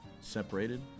separated